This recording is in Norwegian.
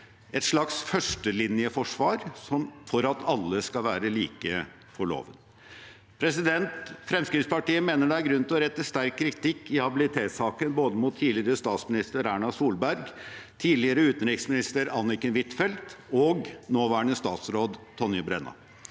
et slags førstelinjeforsvar for at alle skal være like for loven. Fremskrittspartiet mener det er grunn til å rette sterk kritikk i habilitetssaken både mot tidligere statsminister Erna Solberg, mot tidligere utenriksminister Anniken Huitfeldt og mot nåværende statsråd Tonje Brenna.